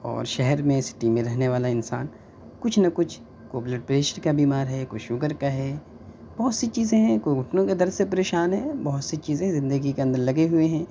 اور شہر میں سٹی میں رہنے والا انسان کچھ نہ کچھ کوئی بلڈ پریشر کا بیمار ہے کوئی شگر کا ہے بہت سی چیزیں کوئی گھٹنوں کے درد سے پریشان ہے بہت سی چیزیں زندگی کے اندرلگے ہوئے ہیں